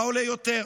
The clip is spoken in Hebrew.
מה עולה יותר,